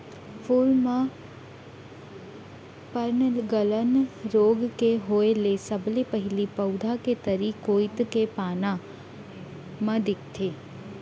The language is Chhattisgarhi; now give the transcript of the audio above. फूल म पर्नगलन रोग के होय ले सबले पहिली पउधा के तरी कोइत के पाना म दिखथे